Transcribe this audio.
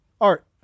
art